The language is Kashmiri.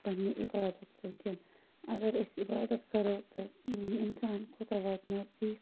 پَننہِ عِبادَت سۭتۍ اگر أسۍ عِبادَت کَرَو تہٕ اِنسان کوٗتاہ واتہِ نَذدیٖک